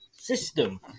system